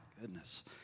goodness